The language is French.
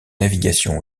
navigation